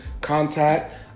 contact